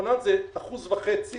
שמחונן הוא אחוז וחצי